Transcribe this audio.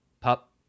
Pup